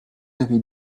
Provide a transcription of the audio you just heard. avez